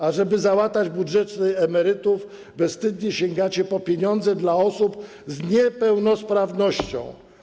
Ażeby załatać budżety emerytów, bezwstydnie sięgacie po pieniądze dla osób z niepełnosprawnością.